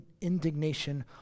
indignation